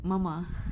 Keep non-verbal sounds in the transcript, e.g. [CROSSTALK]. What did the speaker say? mama [LAUGHS]